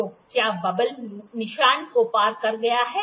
तो क्या बबल निशान को पार कर गया है